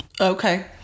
Okay